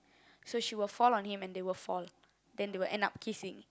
so she will fall on him and they will fall then they will end up kissing